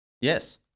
Yes